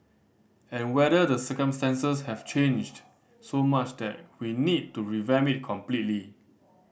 and whether the circumstances have changed so much that we need to revamp it completely